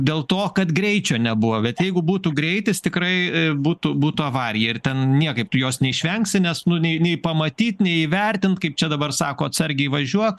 dėl to kad greičio nebuvo bet jeigu būtų greitis tikrai būtų būtų avarija ir ten niekaip tu jos neišvengsi nes nu nei nei pamaty nei įvertint kaip čia dabar sako atsargiai važiuo